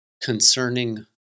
concerning